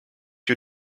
you